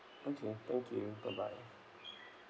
okay thank you bye bye